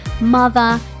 mother